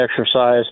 exercise